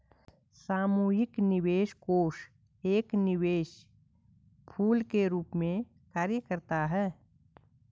सामूहिक निवेश कोष एक निवेश पूल के रूप में कार्य करता है